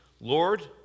Lord